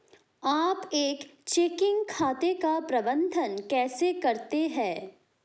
आप एक चेकिंग खाते का प्रबंधन कैसे करते हैं?